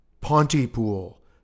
Pontypool